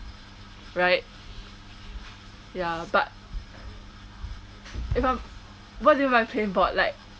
right ya but if I'm what do you mean by plain bored like